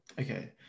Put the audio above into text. Okay